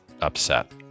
upset